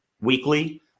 weekly